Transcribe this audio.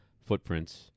footprints